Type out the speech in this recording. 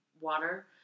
water